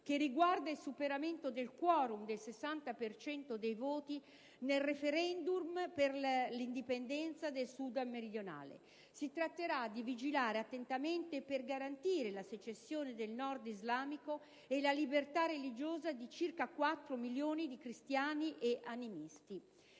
che riguarda il superamento del *quorum* del 60 per cento dei voti nel *referendum* per l'indipendenza del Sudan meridionale. Si tratterà di vigilare attentamente per garantire la secessione del Nord islamico e la libertà religiosa di circa quattro milioni di cristiani e animisti.